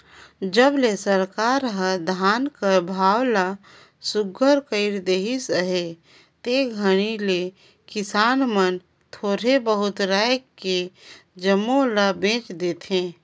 जब ले सरकार हर धान कर भाव ल सुग्घर कइर देहिस अहे ते घनी ले किसान मन थोर बहुत राएख के जम्मो ल बेच देथे